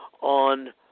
on